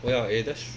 oh ya eh that's